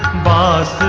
bus